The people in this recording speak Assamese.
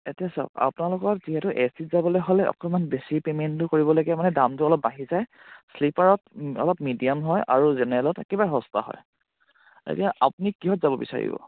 এতিয়া চাওক আপোনালোকৰ যিহেতু এ চিত যাবলে হ'লে অকণমান বেছি পে'মেণ্টটো কৰিব লাগে মানে দামটো অলপ বাঢ়ি যায় শ্লিপাৰত অলপ মিডিয়াম হয় আৰু জেনেৰেলত একেবাৰে সস্তা হয় এতিয়া আপুনি কিহত যাব বিচাৰিব